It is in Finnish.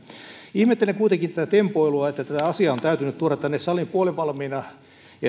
ihmettelen kuitenkin tätä tempoilua että tätä asiaa on täytynyt tuoda tänne saliin puolivalmiina ja tätä